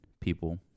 people